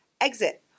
exit